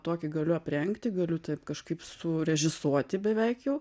tokį galiu aprengti galiu taip kažkaip surežisuoti beveik jau